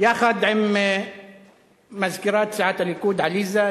יחד עם מזכירת סיעת הליכוד עליזה,